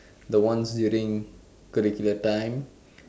the ones during curricular time